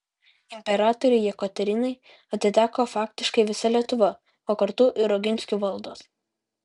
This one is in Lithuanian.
imperatorei jekaterinai atiteko faktiškai visa lietuva o kartu ir oginskių valdos